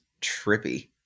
trippy